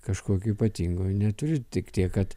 kažkokio ypatingo neturiu tik tiek kad